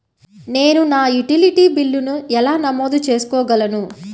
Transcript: నేను నా యుటిలిటీ బిల్లులను ఎలా నమోదు చేసుకోగలను?